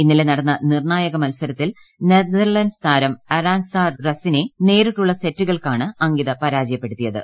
ഇന്നലെ നടന്ന നിർണ്ണാ യക മൽസരത്തിൽ നെത്ർല്ന്റ്സ് താരം അറാങ്സ റസ് നെ നേരി ട്ടുള്ള സെറ്റുകൾക്കാണ് അംകിത പരാജയപ്പെടുത്തിയത്